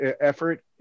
effort